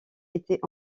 était